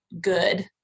good